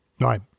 Right